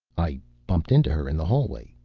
i bumped into her in the hallway.